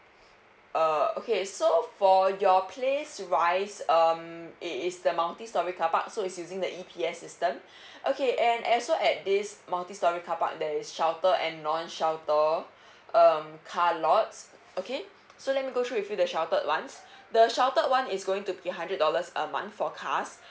uh okay so for your place wise um it is the multi storey carpark so is using the E_P_S system okay and and so at this multi storey carpark there's shelter and non shelter um car lots okay so let me go through with you the sheltered ones the sheltered one is going to be hundred dollars a month for cars